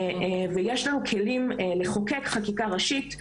ויש לנו כלים לחוקק חקיקה ראשית.